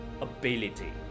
ability